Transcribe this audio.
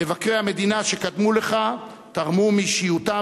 מבקרי המדינה שקדמו לך תרמו מאישיותם